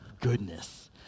goodness